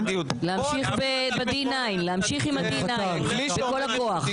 להמשיך עם הדיניין בכול הכוח.